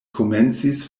komencis